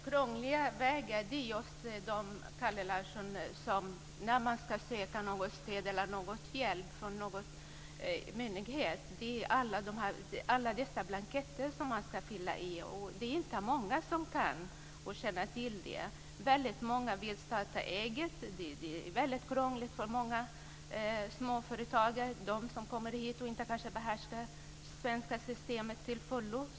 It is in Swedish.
Fru talman! Det krångliga, Kalle Larsson, när man ska söka något stöd eller någon hjälp från en myndighet är alla dessa blanketter som man ska fylla i. Det är inte många som kan det och som känner till detta. Väldigt många vill starta eget. Det är väldigt krångligt för många småföretagare som kanske kommer hit och inte behärskar det svenska systemet till fullo.